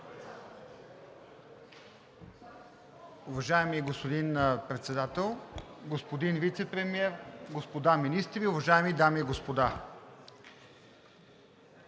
Уважаеми господин Председател, господин Вицепремиер, господа министри, уважаеми дами и господа!